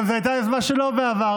זו גם הייתה יוזמה שלו בעבר,